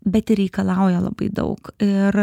bet ir reikalauja labai daug ir